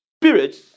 Spirits